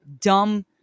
dumb